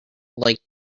like